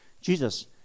Jesus